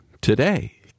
today